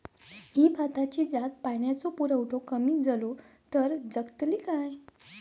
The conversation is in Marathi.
ही भाताची जात पाण्याचो पुरवठो कमी जलो तर जगतली काय?